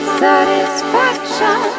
satisfaction